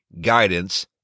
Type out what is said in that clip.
guidance